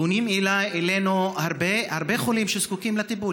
פונים אלינו הרבה חולים שזקוקים לטיפול.